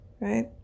Right